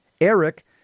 Eric